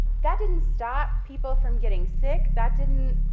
that didn't stop people from getting sick, that didn't,